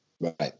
Right